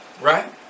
Right